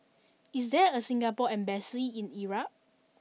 is there a Singapore embassy in Iraq